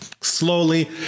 slowly